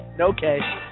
Okay